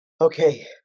Okay